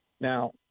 Now